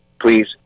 please